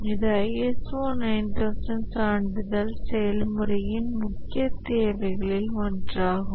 இது ISO 9000 சான்றிதழ் செயல்முறையின் முக்கிய தேவைகளில் ஒன்றாகும்